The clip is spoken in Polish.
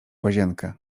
łazienkę